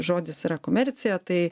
žodis yra komercija tai